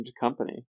company